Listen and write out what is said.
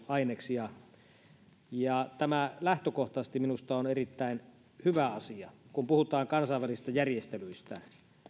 aineksista tämä on lähtökohtaisesti minusta erittäin hyvä asia kun puhutaan kansainvälisistä järjestelyistä